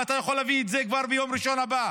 ואתה יכול להביא את זה כבר ביום ראשון הבא